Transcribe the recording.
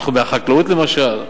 בתחומי החקלאות, למשל,